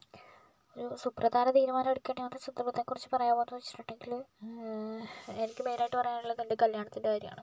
ഒരു സുപ്രധാന തീരുമാനമെടുക്കേണ്ടി വന്ന സന്ദർഭത്തെ കുറിച്ച് പറയാമോ എന്ന് ചോദിച്ചിട്ടുണ്ടെങ്കിൽ എനിക്ക് മെയിൻ ആയിട്ട് പറയാനുള്ളത് എൻ്റെ കല്യാണത്തിൻ്റെ കാര്യമാണ്